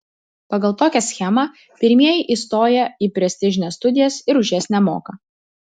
pagal tokią schemą pirmieji įstoja į prestižines studijas ir už jas nemoka